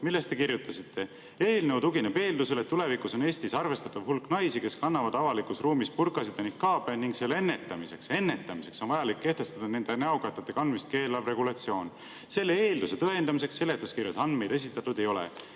milles te olete kirjutanud: "Eelnõu tugineb eeldusele, et tulevikus on Eestis arvestatav hulk naisi, kes kannavad avalikus ruumis burkasid ja nikaabe, ning selle ennetamiseks on vajalik kehtestada nende näokatete kandmist keelav regulatsioon. Selle eelduse tõendamiseks seletuskirjas andmeid esitatud ei ole.